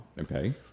Okay